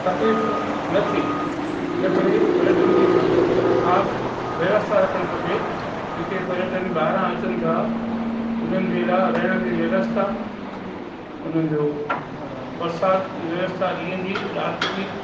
तकलीफ़ न थिए इन करे पर्यटन खे खा ख़ासि व्यवस्था रखणु खपे जेके पर्यटन ॿाहिरां अचनि था उन्हनि जे लाइ रहण जी व्यवस्था उनजो परसाद जी व्यवस्था ॾींहं जी राति जी